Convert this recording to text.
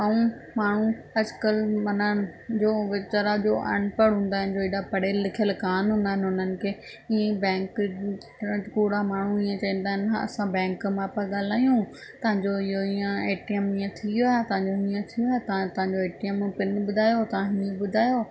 ऐं माण्हू अॼुकल्ह माना जो वीचारा जो अनपड़ हूंदा आहिनि जो अहिड़ा पढ़ियलु लिखियलु कोन हूंदा आहिनि उन्हनि खे हीअं ई बैंक कूड़ा माण्हू ईअं चवंदा आहिनि न असां बैंक मां तां ॻाल्हायूं तव्हांजो इहो ईअं एटीएम ईअं थी वियो आहे तव्हांजो हीअं थी वियो त तव्हांजो एटीएम पिन ॿुधायो तव्हां हीअ ॿुधायो